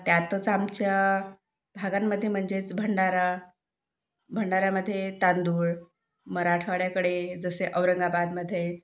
त्यातच आमच्या भागांमध्ये म्हणजेच भंडारा भंडाऱ्यामध्ये तांदूळ मराठवाड्याकडे जसे औरंगाबादमध्ये